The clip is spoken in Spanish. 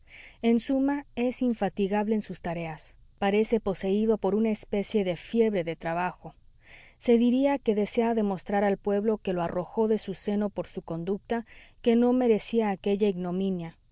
en suma es infatigable en sus tareas parece poseído por una especie de fiebre de trabajo se diría que desea demostrar al pueblo que lo arrojó de su seno por su conducta que no merecía aquella ignominia